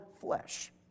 flesh